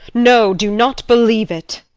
no do not believe it!